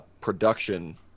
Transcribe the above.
production